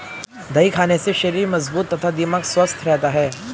दही खाने से शरीर मजबूत तथा दिमाग स्वस्थ रहता है